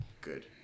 good